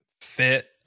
fit